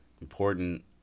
important